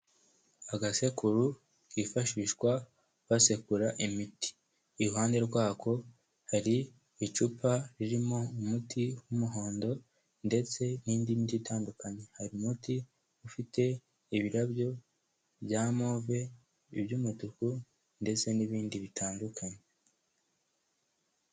Agasekuru kifashishwa basekura imiti. Iruhande rwako hari icupa ririmo umuti w'umuhondo ndetse n'indi miti itandukanye hari umuti ufite ibirabyo bya move, iby'umutuku ndetse n'ibindi bitandukanye.